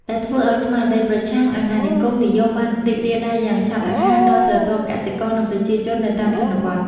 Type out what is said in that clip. ដែលធ្វើឱ្យស្មារតីប្រឆាំងអាណានិគមនិយមបានរីករាលដាលយ៉ាងឆាប់រហ័សដល់ស្រទាប់កសិករ និងប្រជាជននៅតាមជនបទ។